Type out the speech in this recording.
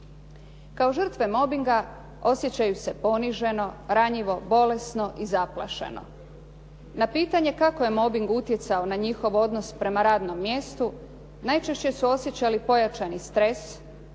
Kao žrtve mobbinga osjećaju se poniženo, ranjivo, bolesno i zaplašeno. Na pitanje kako je mobbing utjecao na njihov odnos prema radnom mjestu najčešće su osjećali pojačani stres